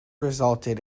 resulted